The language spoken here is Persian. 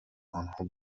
آنها